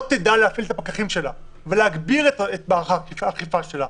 לא תדע להפעיל את הפקחים שלה ולהגביר את מערך האכיפה שלה